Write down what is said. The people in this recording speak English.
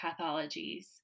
pathologies